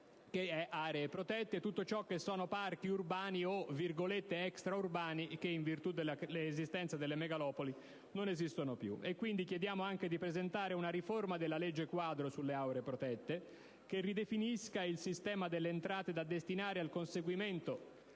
le aree protette, i parchi urbani o, per così dire, extraurbani, che in virtù dell'esistenza delle megalopoli non esistono più. Nell'ordine del giorno chiediamo anche di presentare una riforma della legge quadro sulle aree protette che ridefinisca il sistema delle entrate da destinare al conseguimento